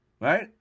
Right